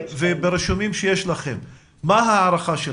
מה ההערכה שלכם?